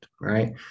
right